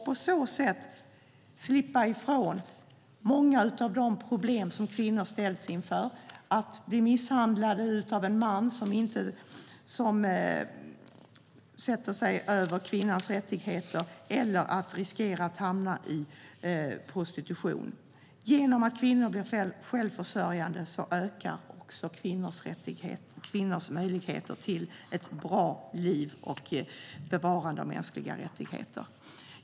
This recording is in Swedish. På så sätt kan de slippa ifrån många av de problem som kvinnor ställs inför - att bli misshandlad av en man som sätter sig över kvinnans rättigheter eller att riskera att hamna i prostitution. Genom att kvinnor blir självförsörjande ökar också kvinnors möjligheter till ett bra liv och bevarandet av mänskliga rättigheter.